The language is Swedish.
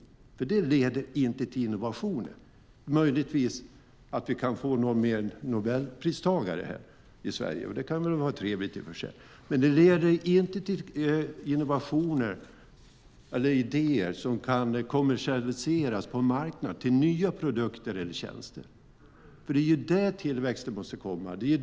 Det leder inte till innovationer. Vi kan möjligtvis få någon mer Nobelpristagare i Sverige. Det kan i och för sig vara trevligt. Men det leder inte till idéer som kan kommersialiseras på en marknad till nya produkter eller tjänster. Det är där tillväxten måste komma.